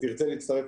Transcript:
שתרצה להצטרף,